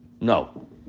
No